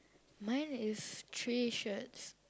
mine is three shirts